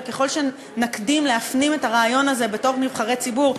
וככל שנקדים להפנים את הרעיון הזה בתור נבחרי הציבור,